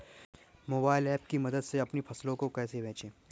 Mobile app की मदद से अपनी फसलों को कैसे बेचें?